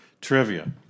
Trivia